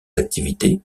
activités